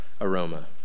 aroma